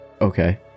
okay